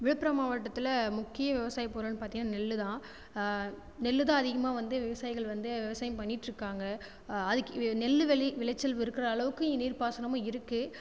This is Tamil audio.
விழுப்புரம் மாவட்டத்தில் முக்கிய விவசாயப் பொருள்னு பார்த்தீங்கன்னா நெல்லு தான் நெல்லு தான் அதிகமாக வந்து விவசாயிகள் வந்து விவசாயம் பண்ணிட்டுருக்காங்க அதுக்கு நெல்லு விளை விளைச்சல் இருக்கிற அளவுக்கு நீர் பாசனமும் இருக்குது